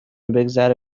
بگذره